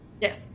yes